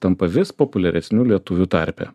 tampa vis populiaresniu lietuvių tarpe